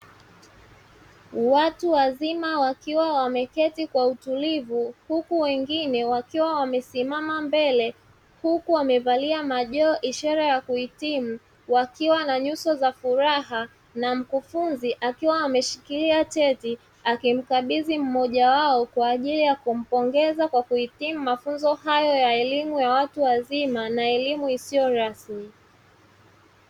Watu wazima wakiwa wameketi kwa utulivu huku wengine wakiwa wamesimama mbele huku wamevalia majoho ishara ya kuhitimu, wakiwa na nyuso za furaha na mkufunzi akiwa ameshikilia cheti akimkabizi mmoja wao, kwa ajili ya kumpongeza kuhitimu mafunzo hayo ya elimu ya watu wazima na elimu isiyo rasmi.